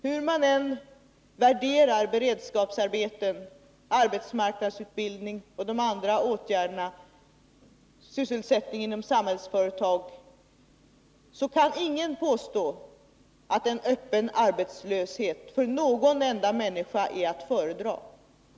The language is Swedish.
Hur man än värderar beredskapsarbeten, arbetsmarknadsutbildning, sysselsättning inom Samhällsföretag och de andra åtgärderna kan ingen påstå att en öppen arbetslöshet för någon enda människa är att föredra.